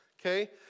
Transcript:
Okay